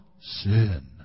sin